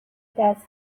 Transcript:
دست